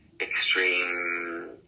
extreme